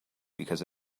because